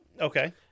Okay